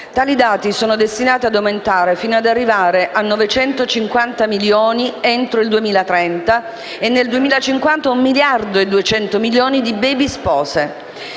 Tali dati sono destinati ad aumentare fino "ad arrivare a 950 milioni entro il 2030 e nel 2050 a un miliardo e 200 milioni di baby spose";